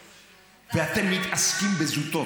מבקש את סליחתך.